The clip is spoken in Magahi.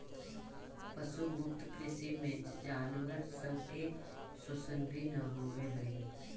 पशु मुक्त कृषि में जानवर सब के शोषण भी न होब हई